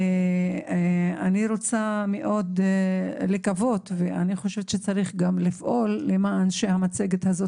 אני רוצה מאוד לקוות ואני חושבת שצריך גם לפעול למען זה שהמצגת הזו